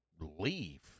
leave